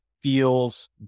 feels